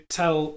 tell